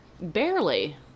Barely